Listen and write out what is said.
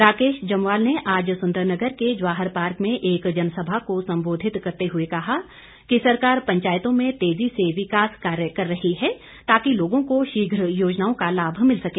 राकेश जमवाल ने आज सुंदरनगर के जवाहर पार्क में एक जनसभा को संबोधित करते हुए कहा कि सरकार पंचायतों में तेजी से विकास कार्य कर रही है ताकि लोगों को शीघ्र योजनाओं का लाभ मिल सके